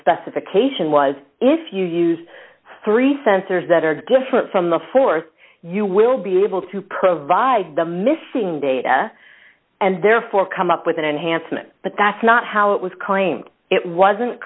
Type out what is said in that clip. specification was if you use three sensors that are different from the force you will be able to provide the missing data and therefore come up with an enhancement but that's not how it was claimed it wasn't